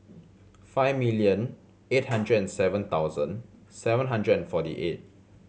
five million eight hundred and seven thousand seven hundred and forty eight